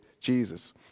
Jesus